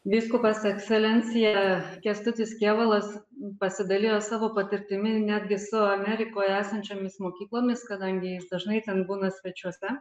vyskupas ekscelencija kęstutis kėvalas pasidalijo savo patirtimi netgi su amerikoje esančiomis mokyklomis kadangi jis dažnai ten būna svečiuose